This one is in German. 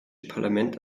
parlament